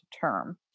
term